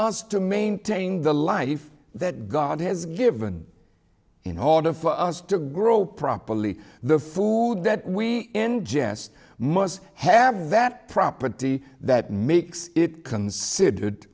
us to maintain the life that god has given in order for us to grow properly the food that we ingest must have that property that makes it considered